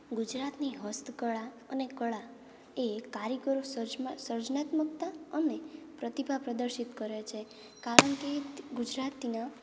ગુજરાતની હસ્તકળા અને કળા એ કારીગરો સર્જમાં સર્જનાત્મકતા અને પ્રતિભા પ્રદર્શિત કરે છે કારણ કે ગુજરાતીના